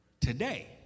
today